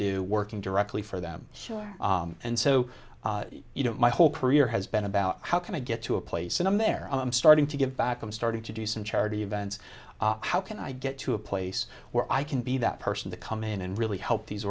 do working directly for them sure and so you know my whole career has been about how can i get to a place in a mare i'm starting to give back i'm starting to do some charity events how can i get to a place where i can be that person to come in and really help these